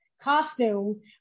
costume